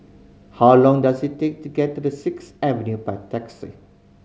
how long does it take to get to the Sixth Avenue by taxi